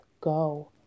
go